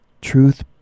truth